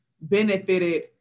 benefited